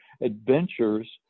adventures